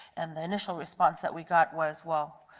and the initial response that we got was well,